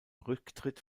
rücktritt